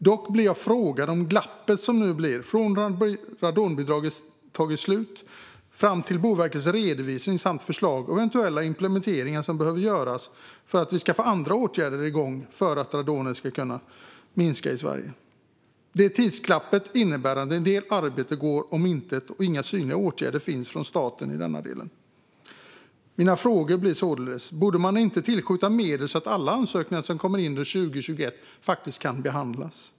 Dock blir jag frågande över glappet som nu blir från det att radonbidraget tagit slut fram till Boverkets redovisning samt förslag och eventuella implementeringar som behöver göras för att vi ska få igång andra åtgärder för att radonet ska kunna minska i Sverige. Tidsglappet innebär att en del arbete går om intet, och inga synliga åtgärder finns från staten i denna del. Mina frågor blir således: Borde man inte tillskjuta medel så att alla ansökningar som kommer in under 2021 faktiskt kan behandlas?